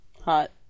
hot